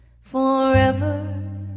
forever